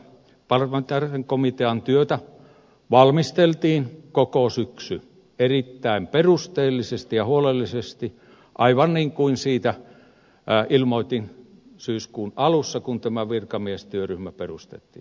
tätä parlamentaarisen komitean työtä valmisteltiin koko syksy erittäin perusteellisesti ja huolellisesti aivan niin kuin siitä ilmoitin syyskuun alussa kun tämä virkamiestyöryhmä perustettiin